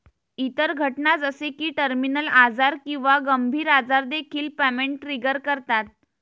इतर घटना जसे की टर्मिनल आजार किंवा गंभीर आजार देखील पेमेंट ट्रिगर करतात